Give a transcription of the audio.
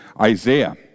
Isaiah